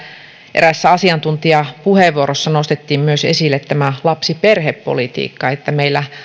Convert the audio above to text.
eräässä asiantuntijapuheenvuorossa nostettiin myös esille tämä lapsiperhepolitiikka että meillä